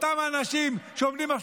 האנשים שכשלו,